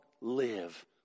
live